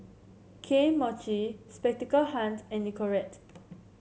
Kane Mochi Spectacle Hut and Nicorette